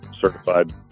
certified